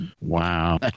Wow